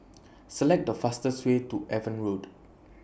Select The fastest Way to Avon Road